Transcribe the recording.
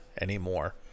anymore